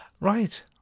right